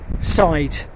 side